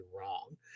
wrong